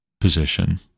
position